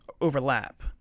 overlap